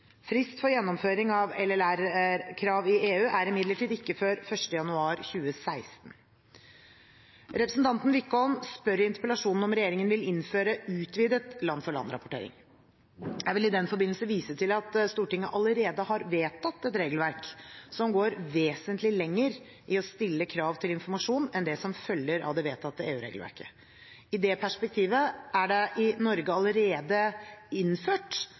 gjennomføring av LLR-krav i EU er imidlertid ikke før 1. januar 2016. Representanten Wickholm spør i interpellasjonen om regjeringen vil innføre utvidet land-for-land-rapportering. Jeg vil i den forbindelse vise til at Stortinget allerede har vedtatt et regelverk som går vesentlig lenger i å stille krav til informasjon enn det som følger av det vedtatte EU-regelverket. I det perspektivet er det i Norge allerede innført